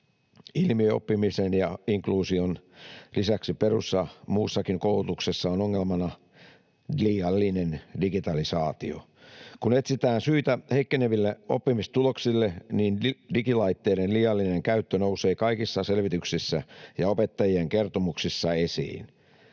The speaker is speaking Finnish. Ilmiöoppimisen ja inkluusion lisäksi perus- ja muussakin koulutuksessa on ongelmana liiallinen digitalisaatio. Kun etsitään syitä heikkeneville oppimistuloksille, digilaitteiden liiallinen käyttö nousee kaikissa selvityksissä ja opettajien kertomuksissa esiin.